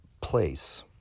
place